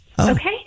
okay